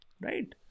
Right